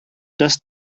dass